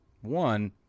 One